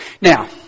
Now